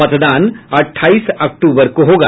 मतदान अट्ठाईस अक्तूबर को होगा